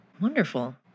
Wonderful